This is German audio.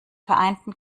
vereinten